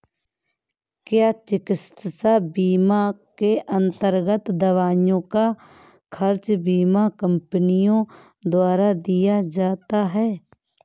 क्या चिकित्सा बीमा के अन्तर्गत दवाइयों का खर्च बीमा कंपनियों द्वारा दिया जाता है?